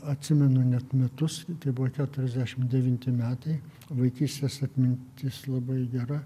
atsimenu net metus tai buvo keturiasdešim devinti metai vaikystės atmintis labai gera